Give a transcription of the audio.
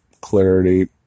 clarity